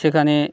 সেখানে